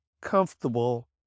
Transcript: comfortable